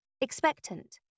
expectant